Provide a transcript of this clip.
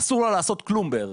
אסור לה לעשות כלום בערך,